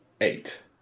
Eight